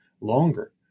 longer